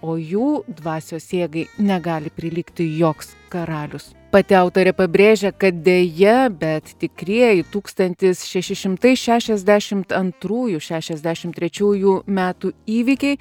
o jų dvasios jėgai negali prilygti joks karalius pati autorė pabrėžia kad deja bet tikrieji tūkstantis šeši šimtai šešiasdešim antrųjų šešiasdešim trečiųjų metų įvykiai